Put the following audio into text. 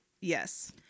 yes